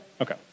Okay